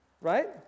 Right